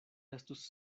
estus